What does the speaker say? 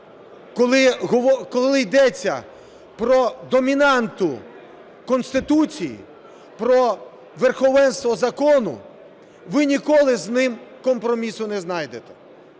коли йдеться про домінанту Конституції, про верховенство закону, ви ніколи з ним компромісу не знайдете.